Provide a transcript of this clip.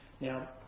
Now